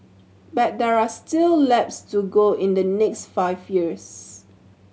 but there are still laps to go in the next five years